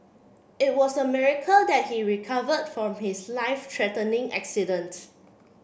it was a miracle that he recovered from his life threatening accident